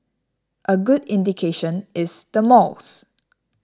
a good indication is the malls